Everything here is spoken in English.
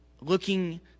looking